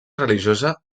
religiosa